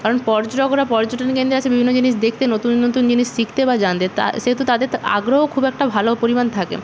কারণ পর্যটকরা পর্যটনকেন্দ্রে আসেন বিভিন্ন জিনিস দেখতে নতুন নতুন জিনিস শিখতে বা জানতে তা সে তো তাদের আগ্রহ খুব একটা ভালো পরিমাণ থাকে